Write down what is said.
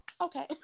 okay